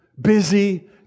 Busy